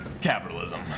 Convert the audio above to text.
capitalism